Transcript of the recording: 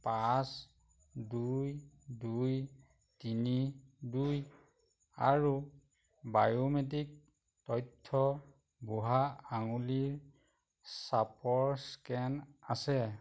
পাঁচ দুই দুই তিনি দুই আৰু বায়োমেট্ৰিক তথ্য বুঢ়া আঙুলিৰ ছাপৰ স্কেন আছে